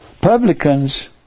publicans